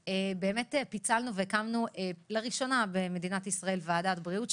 פיצלנו והקמנו לראשונה במדינת ישראל ועדת בריאות,